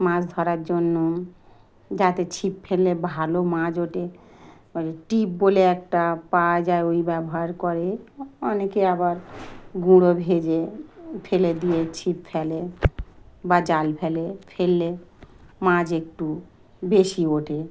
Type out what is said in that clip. মাছ ধরার জন্য যাতে ছিপ ফেললে ভালো মাছ ওঠে ও টিপ বলে একটা পাওয়া যায় ওই ব্যবহার করে অনেকে আবার গুঁড়ো ভেজে ফেলে দিয়ে ছিপ ফেলে বা জাল ফেলে ফেললে মাছ একটু বেশি ওঠে